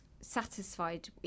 satisfied